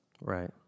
Right